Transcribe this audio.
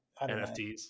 NFTs